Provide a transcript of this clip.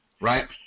right